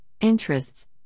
interests